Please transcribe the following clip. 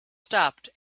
stopped